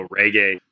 reggae